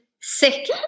sick